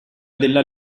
della